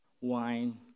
wine